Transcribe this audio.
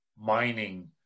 mining